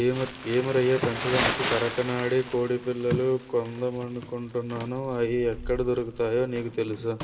ఏం రయ్యా పెంచడానికి కరకనాడి కొడిపిల్లలు కొందామనుకుంటున్నాను, అయి ఎక్కడ దొరుకుతాయో నీకు తెలుసా?